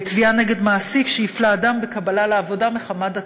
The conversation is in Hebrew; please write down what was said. תביעה נגד מעסיק שהפלה אדם בקבלה לעבודה מחמת דתו.